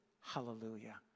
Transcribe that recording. Hallelujah